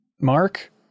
mark